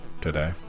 today